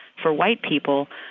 for white people,